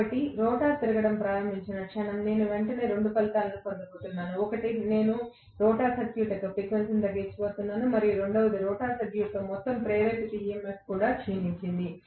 కాబట్టి రోటర్ తిరగడం ప్రారంభించిన క్షణం నేను వెంటనే 2 ఫలితాలను పొందబోతున్నాను ఒకటి నేను రోటర్ సర్క్యూట్ యొక్క ఫ్రీక్వెన్సీని తగ్గించబోతున్నాను మరియు రెండవది రోటర్ సర్క్యూట్లో మొత్తం ప్రేరిత EMF కూడా క్షీణించింది